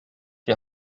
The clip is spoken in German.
die